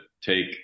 take